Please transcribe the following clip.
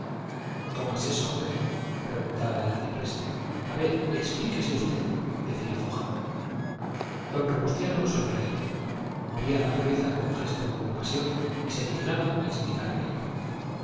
cómo es eso hombre preguntaba el arcipreste a ver explíquese usted decía foja don robustiano sonreía movía la cabeza con gesto de compasión y se dignaba explicar aquello